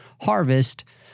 harvest